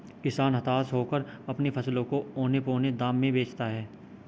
किसान हताश होकर अपने फसलों को औने पोने दाम में बेचता है